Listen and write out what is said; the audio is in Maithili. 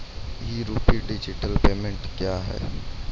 ई रूपी डिजिटल पेमेंट क्या हैं?